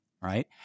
right